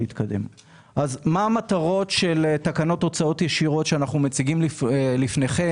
מה המטרות של תקנות הוצאות ישירות שאנחנו מציגים בפניכם,